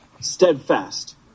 steadfast